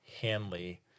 Hanley